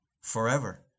forever